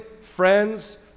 friends